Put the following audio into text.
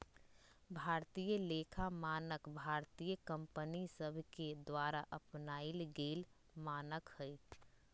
भारतीय लेखा मानक भारतीय कंपनि सभके द्वारा अपनाएल गेल मानक हइ